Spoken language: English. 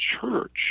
church